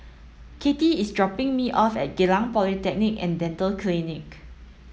Katy is dropping me off at Geylang Polyclinic and Dental Clinic